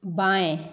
बाएं